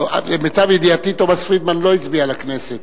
למיטב ידיעתי, תומס פרידמן לא הצביע לכנסת.